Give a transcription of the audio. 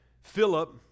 philip